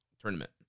tournament